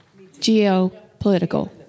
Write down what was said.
Geopolitical